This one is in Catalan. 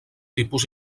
tipus